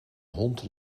hond